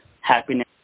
happiness